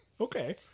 Okay